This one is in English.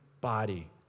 body